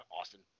austin